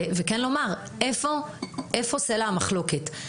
ולומר איפה סלע המחלוקת,